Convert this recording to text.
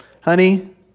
Honey